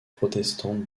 protestante